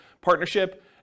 partnership